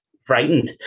frightened